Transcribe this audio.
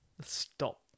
stop